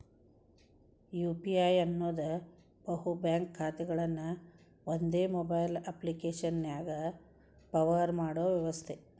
UPI ಅನ್ನೋದ್ ಬಹು bank ಖಾತೆಗಳನ್ನ ಒಂದೇ ಮೊಬೈಲ್ ಅಪ್ಪ್ಲಿಕೆಶನ್ಯಾಗ ಪವರ್ ಮಾಡೋ ವ್ಯವಸ್ಥೆ